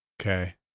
Okay